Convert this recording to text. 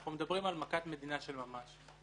אנחנו מדברים על מכת מדינה של ממש.